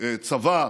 צבא,